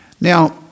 Now